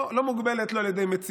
לא מוגבלת לא על ידי מציאות,